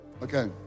Okay